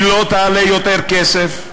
היא לא תעלה יותר כסף.